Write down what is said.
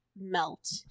melt